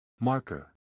Marker